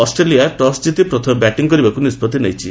Australia toss ଜିତି ପ୍ରଥମେ batting କରିବାକୁ ନିଷ୍କତ୍ତି ନେଇଛି